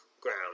ground